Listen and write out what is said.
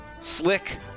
Slick